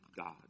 God